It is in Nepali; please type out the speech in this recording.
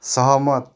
सहमत